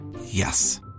Yes